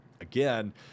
Again